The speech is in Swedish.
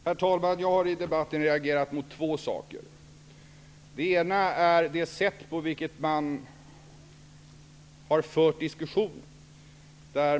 Herr talman! Jag har i debatten reagerat mot två saker. Det ena är det sätt på vilket man har fört diskussion.